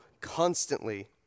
constantly